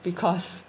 because